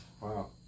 wow